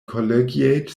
collegiate